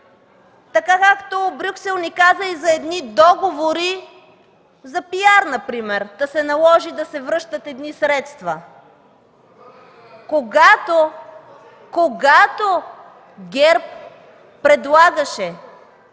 Така както Брюксел ни каза и за едни договори за пиар например, да се наложи да се връщат едни средства. Когато ГЕРБ предлагаше